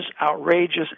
outrageous